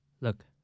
look